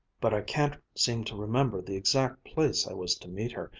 but i can't seem to remember the exact place i was to meet her.